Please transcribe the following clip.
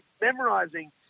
memorizing